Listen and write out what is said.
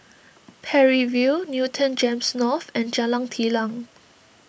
Parry View Newton Gems North and Jalan Telang